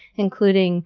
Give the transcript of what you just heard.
including